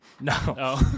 No